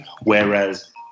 whereas